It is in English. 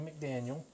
McDaniel